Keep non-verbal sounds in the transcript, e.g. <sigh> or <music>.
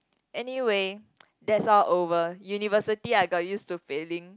anyway <noise> that's all over university I got used to failing